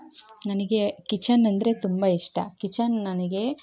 ನನಗೆ ಕಿಚನ್ ಅಂದರೆ ತುಂಬ ಇಷ್ಟ ಕಿಚನ್ ನನಗೆ